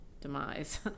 demise